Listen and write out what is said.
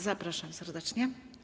Zapraszam serdecznie.